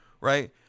right